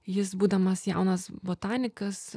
jis būdamas jaunas botanikas